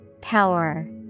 Power